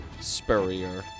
Spurrier